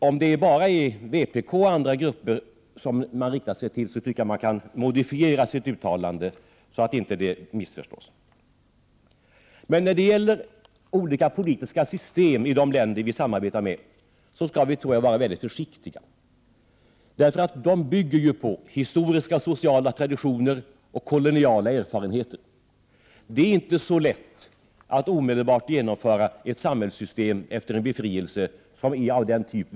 Om det är bara vpk och andra grupper man riktar sig till, tycker jag man kan modifiera sitt uttalande så att det inte missförstås. Jag tror vi skall vara väldigt försiktiga när det gäller olika politiska system i de länder vi samarbetar med. De bygger ju på historiska sociala traditioner och koloniala erfarenheter. Det är inte så lätt att omedelbart efter befrielsen genomföra ett samhällssystem av den typ som vi själva skulle vilja ha och leva Prot.